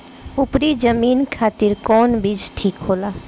उपरी जमीन खातिर कौन बीज ठीक होला?